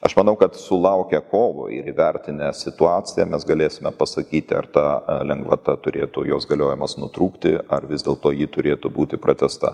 aš manau kad sulaukę kovo ir įvertinę situaciją mes galėsime pasakyti ar ta lengvata turėtų jos galiojimas nutrūkti ar vis dėlto ji turėtų būti pratęsta